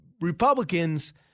Republicans